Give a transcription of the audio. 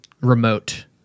remote